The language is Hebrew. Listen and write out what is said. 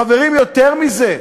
חברים, יותר מזה,